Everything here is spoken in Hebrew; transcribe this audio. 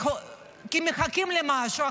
כי מחכים למשהו,